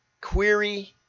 query